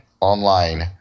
online